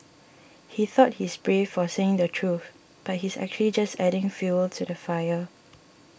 he thought he's brave for saying the truth but he's actually just adding fuel to the fire